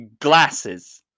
glasses